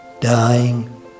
dying